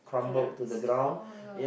collapsed [oh]-my-god